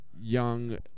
young